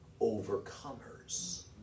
overcomers